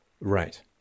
Right